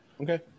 Okay